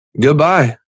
goodbye